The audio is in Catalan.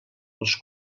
pels